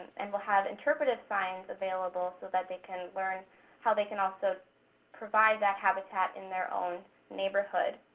and we'll have interpretive signs available so that they can learn how they can also provide that habitat in their own neighborhood.